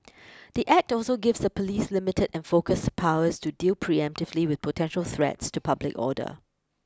the Act also gives the police limited and focused powers to deal preemptively with potential threats to public order